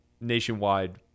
nationwide